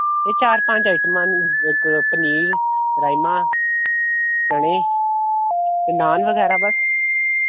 एह् चार पंज आइटमां न इक पनीर राजमां चने ते नान बगैरा बस